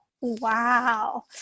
wow